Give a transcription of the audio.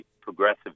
progressive